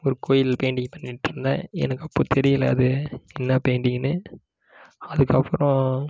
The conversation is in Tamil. ஒரு கோயில் பெயிண்டிங் பண்ணிட்டு இருந்தேன் எனக்கு அப்போது தெரியல அது என்ன பெயிண்டிங்னு அதுக்கப்றம்